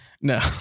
No